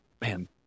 man